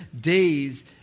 days